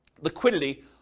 liquidity